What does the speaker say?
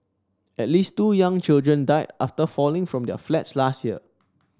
at least two young children died after falling from their flats last year